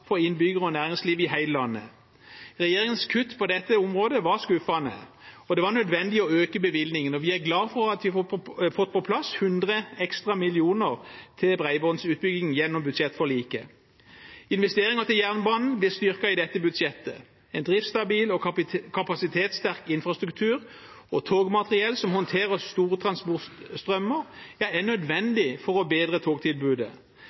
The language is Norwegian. for innbyggere og næringsliv i hele landet. Regjeringens kutt på dette området var skuffende. Det var nødvendig å øke bevilgningen, og vi er glade for at vi har fått på plass 100 ekstra millioner til bredbåndsutbygging gjennom budsjettforliket. Investeringer til jernbanen blir styrket i dette budsjettet. En driftsstabil og kapasitetssterk infrastruktur og togmateriell som håndterer store transportstrømmer, er nødvendig for å bedre togtilbudet.